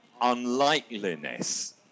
unlikeliness